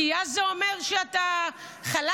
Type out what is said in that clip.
כי אז זה אומר שאתה חלש,